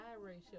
ratio